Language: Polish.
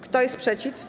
Kto jest przeciw?